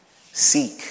Seek